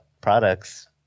products